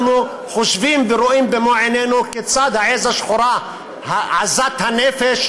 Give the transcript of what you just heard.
אנחנו חושבים ורואים במו עינינו כיצד העז השחורה עזת הנפש,